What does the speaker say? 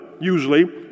usually